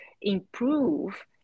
improve